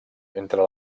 entre